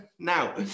Now